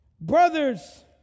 Brothers